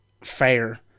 fair